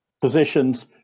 positions